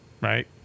right